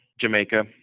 Jamaica